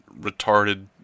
retarded